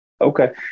Okay